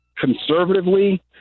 conservatively